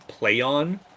PlayOn